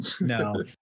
No